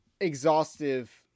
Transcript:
exhaustive